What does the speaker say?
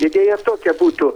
idėja tokia būtų